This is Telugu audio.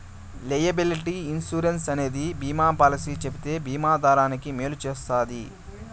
లైయబిలిటీ ఇన్సురెన్స్ అనేది బీమా పాలసీ చెబితే బీమా దారానికి మేలు చేస్తది